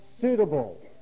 suitable